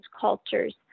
cultures